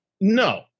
No